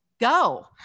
go